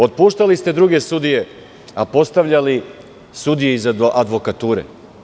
Otpuštali ste druge sudije, a postavljali sudije iz advokature.